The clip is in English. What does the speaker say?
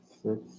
six